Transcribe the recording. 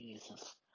Jesus